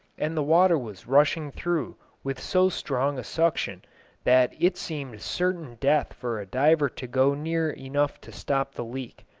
and the water was rushing through with so strong a suction that it seemed certain death for a diver to go near enough to stop the leak.